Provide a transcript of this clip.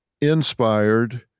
inspired